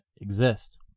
exist